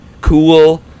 cool